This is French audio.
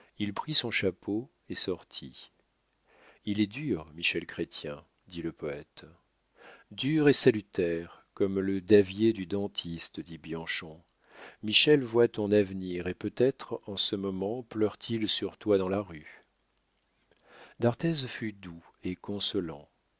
il prit son chapeau et sortit il est dur michel chrestien dit le poète dur et salutaire comme le davier du dentiste dit bianchon michel voit ton avenir et peut-être en ce moment pleure t il sur toi dans la rue d'arthez fut doux et consolant